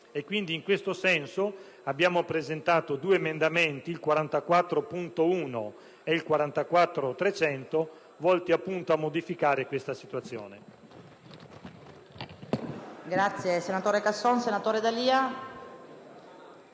materie. In questo senso, abbiamo presentato gli emendamenti 44.1 e 44.300, volti appunto a modificare questa situazione.